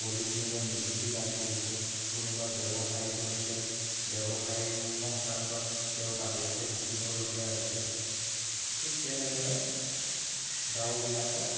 পঢ়ি কোনোবাই নিযুক্তি লাভ কৰিছে কোনোবাই ব্যৱসায় কৰিছে ব্যৱসায়ী সংক্ৰান্তত তেওঁ বাহিৰতে থাকিবলগীয়া হৈছে ঠিক তেনেদৰে গাঁওবিলাকত